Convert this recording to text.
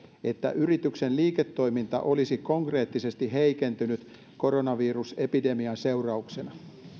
että yrityksen liiketoiminta olisi konkreettisesti heikentynyt koronavirusepidemian seurauksena